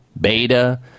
beta